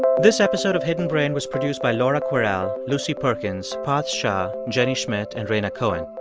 this episode of hidden brain was produced by laura kwerel, lucy perkins, parth shah, jenny schmidt and rhaina cohen.